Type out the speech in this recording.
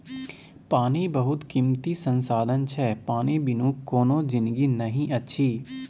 पानि बहुत कीमती संसाधन छै पानि बिनु कोनो जिनगी नहि अछि